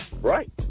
Right